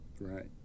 Right